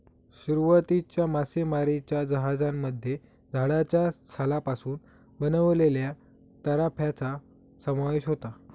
सुरुवातीच्या मासेमारीच्या जहाजांमध्ये झाडाच्या सालापासून बनवलेल्या तराफ्यांचा समावेश होता